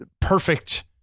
perfect